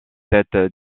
tête